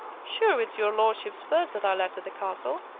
sure, it's your lordship's purse that i left at the castle,